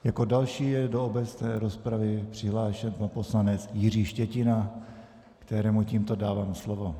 Jako další je do obecné rozpravy přihlášen pan poslanec Jiří Štětina, kterému tímto dávám slovo.